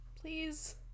Please